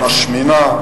המשמינה,